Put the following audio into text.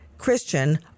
Christian